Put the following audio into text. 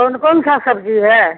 कौन कौन सी सब्ज़ी है